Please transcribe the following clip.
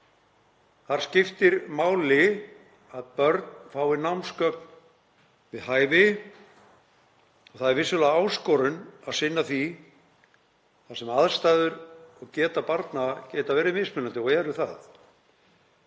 Þar skiptir máli að börn fái námsgögn við hæfi. Það er vissulega áskorun að sinna því þar sem aðstæður og geta barna geta verið mismunandi og eru það.